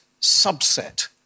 subset